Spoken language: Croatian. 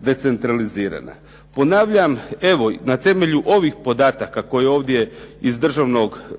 decentralizirana. Ponavljam evo na temelju ovih podataka koje ovdje iz državnog tog